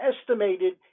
estimated